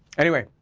anyway,